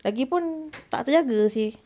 lagipun tak terjaga seh